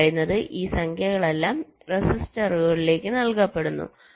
ഞാൻ പറയുന്നത് ഈ സംഖ്യകളെല്ലാം റെസിസ്റ്ററുകളിലേക്ക് നൽകപ്പെടുന്നു